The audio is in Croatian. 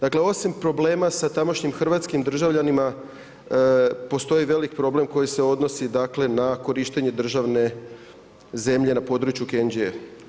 Dakle, osim problema sa tamošnjim hrvatskim državljanima, postoji veliki problem koji se odnosi, dakle, na korištene državne zemlje na području Kenđije.